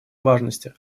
важности